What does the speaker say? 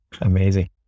Amazing